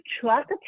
trust